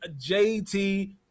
JT